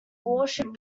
worship